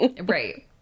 right